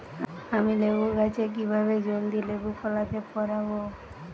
আমি লেবু গাছে কিভাবে জলদি লেবু ফলাতে পরাবো?